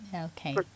Okay